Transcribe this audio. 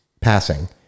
passing